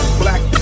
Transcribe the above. black